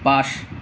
পাঁচ